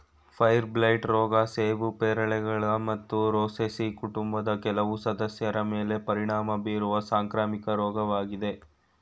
fire blight ರೋಗ ಸೇಬು ಪೇರಳೆಗಳು ಮತ್ತು ರೋಸೇಸಿ ಕುಟುಂಬದ ಕೆಲವು ಸದಸ್ಯರ ಮೇಲೆ ಪರಿಣಾಮ ಬೀರುವ ಸಾಂಕ್ರಾಮಿಕ ರೋಗವಾಗಿದೆ